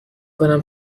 کنم